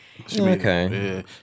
Okay